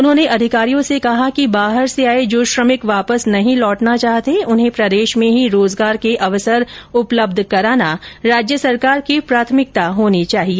उन्होंने अधिकारियों से कहा कि बाहर से आए जो श्रमिक वापस नहीं लौटना चाहते उन्हें प्रदेश में ही रोजगार के अवसर उपलब्ध कराना राज्य सरकार की प्राथमिकता होनी चाहिए